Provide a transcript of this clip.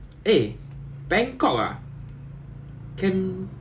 basically I am Ban Heng and Kok Heng is the dog in a dog cafe